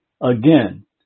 again